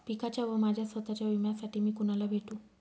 पिकाच्या व माझ्या स्वत:च्या विम्यासाठी मी कुणाला भेटू?